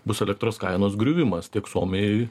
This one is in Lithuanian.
bus elektros kainos griuvimas tik suomijoj